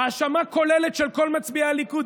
האשמה כוללת של כל מצביעי הליכוד,